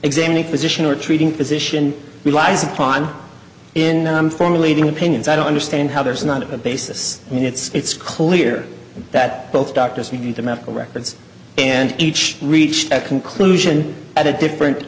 examining physician or treating physician relies upon in formulating opinions i don't understand how there is not a basis when it's clear that both doctors need the medical records and each reached a conclusion at a different